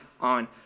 on